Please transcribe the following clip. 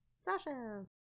Sasha